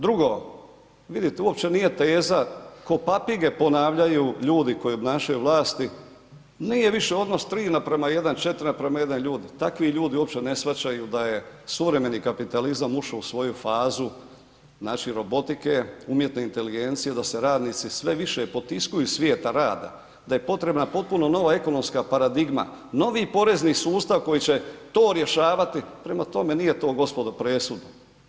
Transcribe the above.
Drugo, vidite uopće nije teza ko papige ponavljaju ljudi koji obnašaju vlast, nije više odnos 3:1, 4:1 ljudi, takvi ljudi uopće ne shvaćaju da je suvremeni kapitalizam ušao u svoju fazu robotike, umjetne inteligencije, da se radnici sve više potiskuju iz svijeta rada, da je potrebna potpuno nova ekonomska paradigma, novi porezni sustav koji će to rješavati prema tome nije to gospodo, presudno.